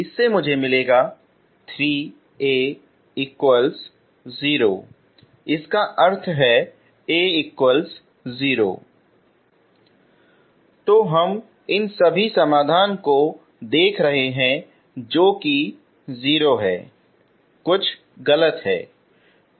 इससे मुझे मिलेगा 3A0 इसका अर्थ है A0 तो हम इन सभी समाधान को देख रहे हैं जो कि 0 है कुछ गलत है